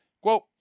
quote